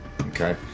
okay